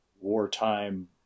wartime